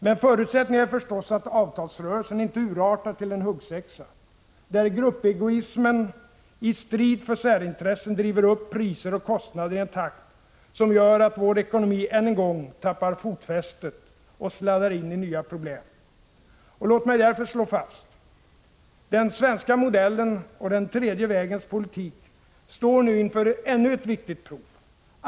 Men förutsättningen är förstås att avtalsrörelsen inte urartar till en huggsexa, där gruppegoismen i strid för särintressen driver upp priser och kostnader i en takt som gör att vår ekonomi än en gång tappar fotfästet och sladdar in i nya problem. Låt mig därför slå fast: Den svenska modellen och den tredje vägens politik står nu inför ännu ett viktigt prov.